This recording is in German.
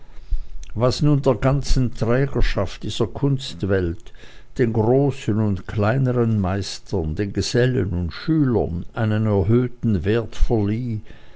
was nun der ganzen trägerschaft dieser kunstwelt den großen und kleineren meistern den gesellen und schülern einen erhöhten wert verlieh